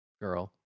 girl